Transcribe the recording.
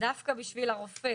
דווקא בשביל הרופא